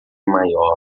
maior